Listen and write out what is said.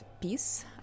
peace